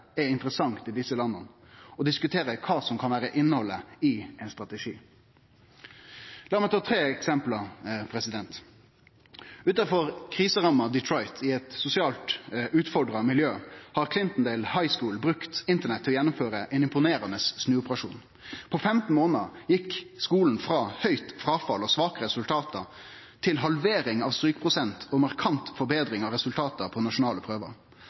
er interessant i desse landa, og til å diskutere kva som kan være innhaldet i ein strategi. La meg ta tre eksempel. Utanfor kriseramma Detroit i eit sosialt utfordra miljø har Clintondale High School brukt Internett til å gjennomføre ein imponerande snuoperasjon. På 15 månader gjekk skulen frå høgt fråfall og svake resultat til halvering av strykprosent og markant forbetring av resultata på nasjonale prøver.